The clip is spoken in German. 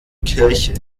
kirche